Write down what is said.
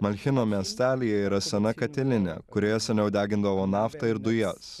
malšino miestelyje yra sena katilinė kurioje seniau degindavo naftą ir dujas